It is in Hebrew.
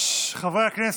חברי הכנסת,